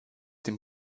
dem